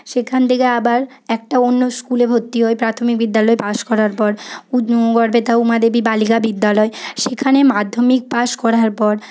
সেখান থেকে আবার একটা অন্য স্কুলে ভর্তি হই প্রাথমিক বিদ্যালয় পাশ করার পর গড়বেতা উমা দেবী বালিকা বিদ্যালয় সেখানে মাধ্যমিক পাশ করার পর